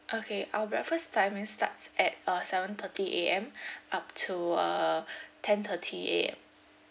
okay our breakfast timing starts at uh seven thirty A_M up to uh ten thirty A_M